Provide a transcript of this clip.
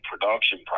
production